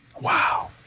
Wow